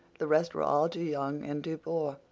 the rest were all too young and too poor.